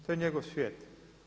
To je njegov svijet.